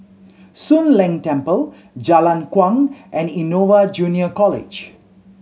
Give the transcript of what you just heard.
Soon Leng Temple Jalan Kuang and Innova Junior College